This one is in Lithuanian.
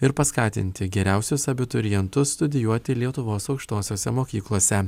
ir paskatinti geriausius abiturientus studijuoti lietuvos aukštosiose mokyklose